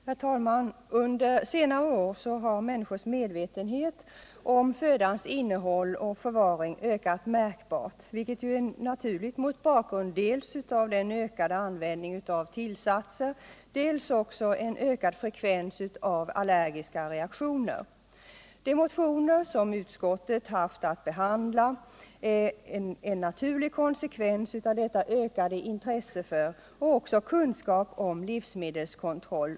Herr talman! Under senare år har människors medvetenhet om födans innehåll och förvaring ökat märkbart, vilket är naturligt mot bakgrund av dels den ökade användningen av tillsatser, dels också den ökade frekvensen av allergiska reaktioner. De motioner som utskottet haft att behandla är en naturlig konsekvens av detta ökade intresse för och också ökade kunskap om livsmedelskontroll.